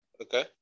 Okay